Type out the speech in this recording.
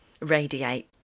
radiate